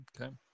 Okay